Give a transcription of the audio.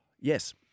Yes